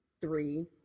three